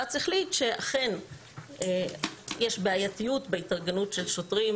שהבג"צ החליט שאכן יש בעייתיות בהתארגנות של שוטרים